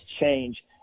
change